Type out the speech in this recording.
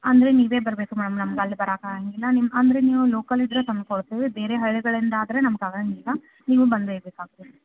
ಅಂದರೆ ನೀವೇ ಬರಬೇಕು ಮ್ಯಾಮ್ ನಮ್ಗೆ ಅಲ್ಲಿ ಬರಾಕೆ ಆಗೊಂಗಿಲ್ಲಾ ನಿಮ್ಗೆ ಅಂದರೆ ನೀವು ಲೋಕಲ್ ಇದ್ದರೆ ತಂದು ಕೊಡ್ತೀವಿ ಬೇರೆ ಹಳ್ಳಿಗಳಿಂದ ಆದರೆ ನಮ್ಗೆ ಆಗೊಂಗಿಲ್ಲ ನೀವು ಬರಲೇ ಬೇಕಾಗ್ತದೆ